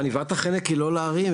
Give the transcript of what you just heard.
עניבת החנק היא לא לערים,